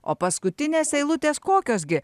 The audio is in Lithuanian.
o paskutinės eilutės kokios gi